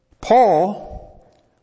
Paul